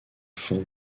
fond